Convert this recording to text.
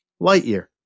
Lightyear